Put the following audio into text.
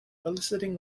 eliciting